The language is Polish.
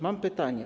Mam pytanie.